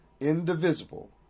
indivisible